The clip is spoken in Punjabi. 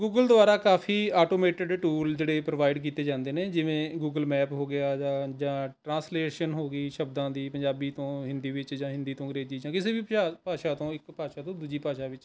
ਗੂਗਲ ਦੁਆਰਾ ਕਾਫ਼ੀ ਆਟੋਮੇਟਿਡ ਟੂਲ ਜਿਹੜੇ ਪ੍ਰੋਵਾਇਡ ਕੀਤੇ ਜਾਂਦੇ ਨੇ ਜਿਵੇਂ ਗੂਗਲ ਮੈਪ ਹੋ ਗਿਆ ਜਾਂ ਜਾਂ ਟਰਾਂਸਲੇਸ਼ਨ ਹੋ ਗਈ ਸ਼ਬਦਾਂ ਦੀ ਪੰਜਾਬੀ ਤੋਂ ਹਿੰਦੀ ਵਿੱਚ ਜਾਂ ਹਿੰਦੀ ਤੋਂ ਅੰਗਰੇਜ਼ੀ 'ਚ ਕਿਸੇ ਵੀ ਬੁਝਾ ਭਾਸ਼ਾ ਤੋਂ ਇੱਕ ਭਾਸ਼ਾ ਤੋਂ ਦੂਜੀ ਭਾਸ਼ਾ ਵਿੱਚ